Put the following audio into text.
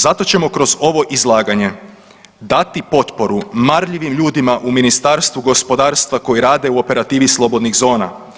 Zato ćemo kroz ovo izlaganje dati potporu marljivim ljudima u Ministarstvu gospodarstva koji rade u operativi slobodnih zona.